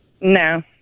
No